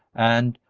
and,